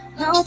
no